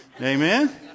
Amen